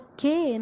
Okay